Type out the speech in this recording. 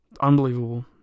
Unbelievable